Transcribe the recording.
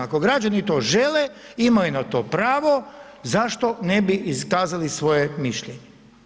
Ako građani to žele, imaju na to pravo, zašto ne bi iskazali svoje mišljenje?